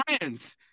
friends